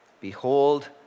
Behold